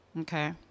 Okay